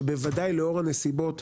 שבוודאי לאור הנסיבות